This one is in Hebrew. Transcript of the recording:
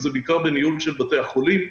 שזה בעיקר בניהול של בתי החולים,